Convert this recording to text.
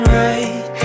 right